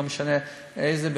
לא משנה איזה,